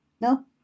No